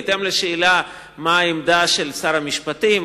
בהתאם לשאלה מה העמדה של שר המשפטים,